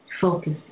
focus